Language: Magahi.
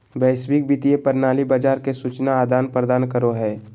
वैश्विक वित्तीय प्रणाली बाजार के सूचना आदान प्रदान करो हय